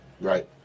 right